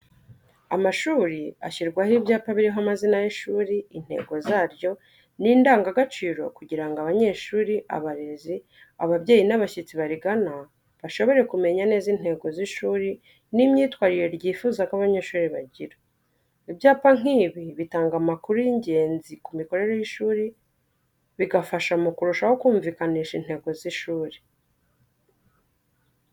Amashuri ashyirwaho ibyapa biriho amazina y'ishuri, intego zaryo n'indangagaciro kugira ngo abanyeshuri, abarezi, ababyeyi n'abashyitsi barigana bashobore kumenya neza intego z'ishuri n'imyitwarire ryifuza ko abanyeshuri bagira. Ibyapa nk'ibi bitanga amakuru y'ingenzi ku mikorere y'ishuri, bigafasha mu kurushaho kumvikanisha intego z'ishuri.